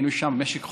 היינו שם במשך חודשים.